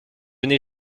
n’ai